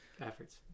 Efforts